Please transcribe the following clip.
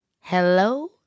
Hello